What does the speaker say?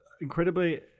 incredibly